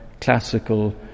classical